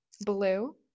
blue